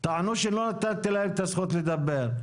טענו שלא נתתי להם את הזכות לדבר.